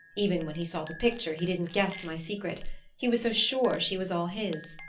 even when he saw the picture he didn't guess my secret he was so sure she was all his!